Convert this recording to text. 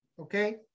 okay